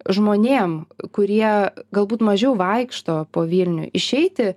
žmonėm kurie galbūt mažiau vaikšto po vilnių išeiti